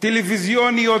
טלוויזיוניות